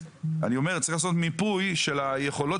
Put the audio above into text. אני אומר שצריך לעשות מיפוי של היכולות